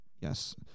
yes